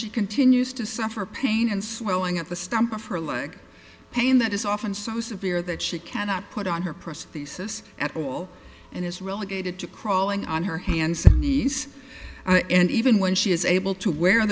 she continues to suffer pain and swelling at the stump of her leg pain that is often so severe that she cannot put on her purse thesis at all and is relegated to crawling on her hands and knees and even when she is able to w